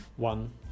one